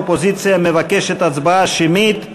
האופוזיציה מבקשת הצבעה שמית.